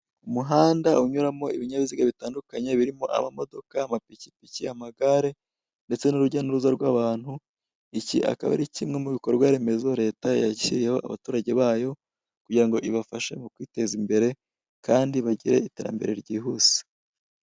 Umuhanda unyuramo ibinyabiziga bitandukanye amamodoka, amapikipiki, amagare ndetse n'urujya n'uruza rw'abantu iki akaba ari kimwe mu bikorwaremezo leta yashyiriyeho abaturage bayo kugira ngo ibafashe mu kwiteza imbere kandi bagire iterambere ryihuse.